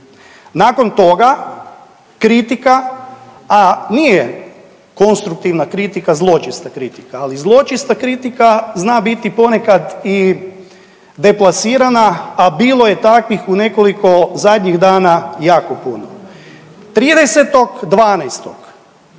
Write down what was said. Nakon toga kritika a nije konstruktivna kritika zločesta kritika, ali zločesta kritika zna biti ponekad i deplasirana, a bilo je takvih nekoliko zadnjih dana jako puno. 30.12.